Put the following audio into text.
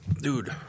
dude